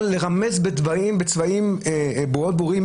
והוא יכול גם לרמז בצבעים מאוד ברורים